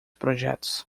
projetos